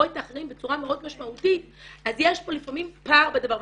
את האחרים בצורה מאוד משמעותית אז יש פה לפעמים פער בדבר.